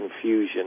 confusion